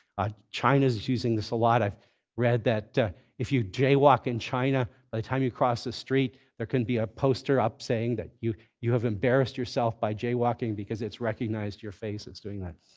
ah china's using this a lot. i've read that if you jaywalk in china, by the time you cross the street, there can be a poster up saying that you you have embarrassed yourself by jaywalking, because it's recognized your face. it's doing that.